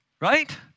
right